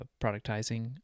productizing